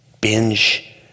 binge